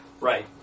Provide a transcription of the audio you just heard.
right